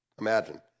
Imagine